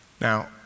Now